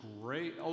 great